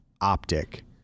OPTIC